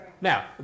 Now